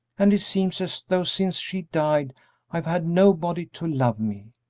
and it seems as though since she died i've had nobody to love me.